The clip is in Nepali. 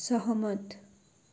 सहमत